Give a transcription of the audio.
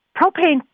Propane